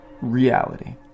reality